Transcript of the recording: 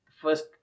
first